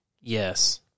Yes